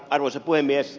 arvoisa puhemies